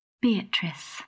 Beatrice